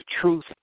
truth